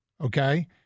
okay